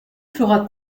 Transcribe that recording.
fera